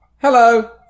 Hello